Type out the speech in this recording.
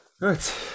right